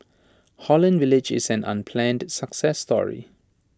Holland village is an unplanned success story